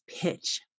pitch